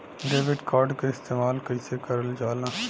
Debit card के इस्तेमाल कइसे करल जाला?